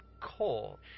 coal